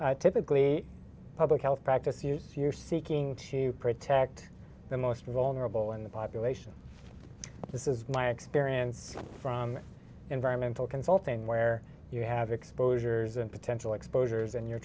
where typically public health practice use you're seeking to protect the most vulnerable in the population this is my experience from environmental consulting where you have exposures and potential exposures and you're